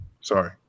Sorry